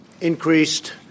increased